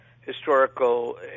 historical